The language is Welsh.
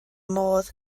modd